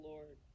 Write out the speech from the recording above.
Lord